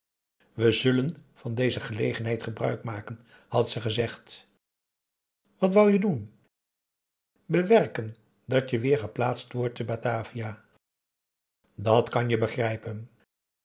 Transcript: we zullen van deze gelegenheid gebruik maken had ze gezegd wat wou je doen bewerken dat je weer geplaatst wordt te batavia dat kan je begrijpen